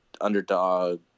underdog